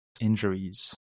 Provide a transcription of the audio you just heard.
injuries